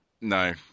No